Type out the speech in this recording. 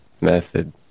method